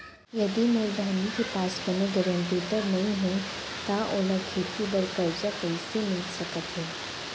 यदि मोर बहिनी के पास कोनो गरेंटेटर नई हे त ओला खेती बर कर्जा कईसे मिल सकत हे?